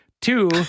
Two